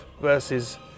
versus